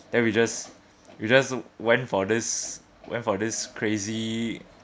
then we just we just went for this went for this crazy